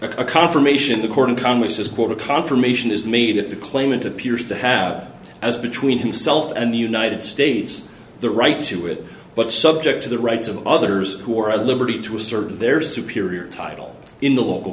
a confirmation the chord in congress is quote a confirmation is made at the claimant appears to have as between himself and the united states the right to it but subject to the rights of others who are at liberty to assert their superior title in the local